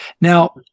Now